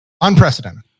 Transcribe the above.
Unprecedented